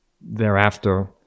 thereafter